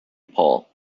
pole